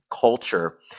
culture